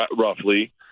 roughly